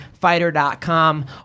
fighter.com